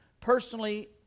personally